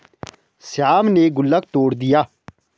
श्याम ने गुल्लक तोड़ दिया